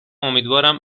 امیدوارم